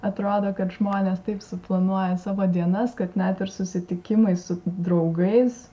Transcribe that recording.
atrodo kad žmonės taip suplanuoja savo dienas kad net ir susitikimai su draugais